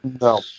No